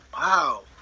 wow